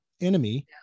enemy